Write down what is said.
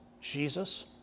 Jesus